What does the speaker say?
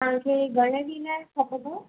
तव्हांखे घणे ॾींदा आहिनि खटबु